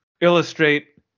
illustrate